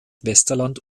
westerland